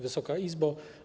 Wysoka Izbo!